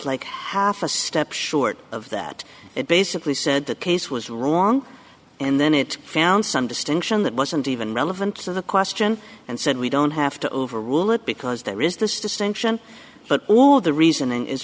like half a step short of that it basically said the case was wrong and then it found some distinction that wasn't even relevant to the question and said we don't have to overrule it because there is this distinction but all of the reasoning is